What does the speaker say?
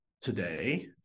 today